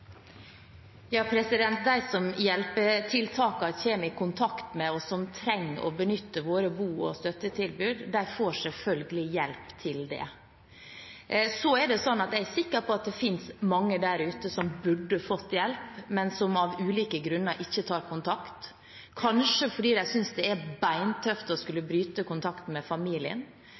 som en kommer i kontakt med via hjelpetiltakene, og som trenger å benytte våre bo- og støttetilbud, får selvfølgelig hjelp til det. Så er jeg sikker på at det finnes mange der ute som burde fått hjelp, men som av ulike grunner ikke tar kontakt, kanskje fordi de synes det er beintøft å skulle bryte kontakten med familien,